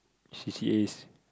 c_c_as